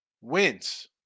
wins